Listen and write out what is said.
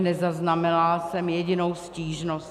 Nezaznamenala jsem jedinou stížnost.